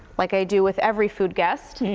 like i do with every food guest.